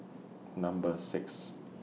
Number six